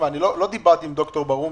לא דיברתי עם ד"ר ברהום,